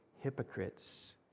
hypocrites